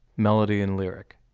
melody, and lyric.